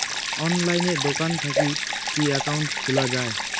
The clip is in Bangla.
অনলাইনে দোকান থাকি কি একাউন্ট খুলা যায়?